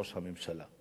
ראש הממשלה.